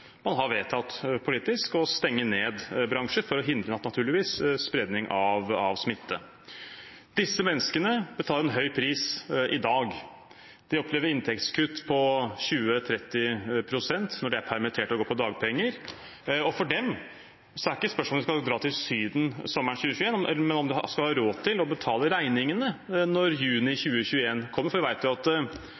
man politisk har vedtatt å stenge ned bransjer for naturligvis å hindre spredning av smitte. Disse menneskene betaler en høy pris i dag. De opplever inntektskutt på 20–30 pst. når de er permitterte og går på dagpenger. For dem er ikke spørsmålet om man skal dra til Syden sommeren 2021, men om man har råd til å betale regningene når juni 2021 kommer. Vi vet jo at